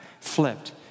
flipped